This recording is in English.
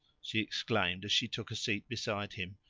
she exclaimed as she took a seat beside him.